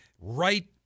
right